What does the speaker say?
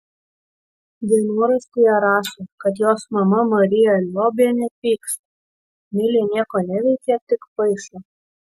dienoraštyje rašė kad jos mama marija liobienė pyksta milė nieko neveikia tik paišo